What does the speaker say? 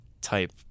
type